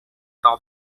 top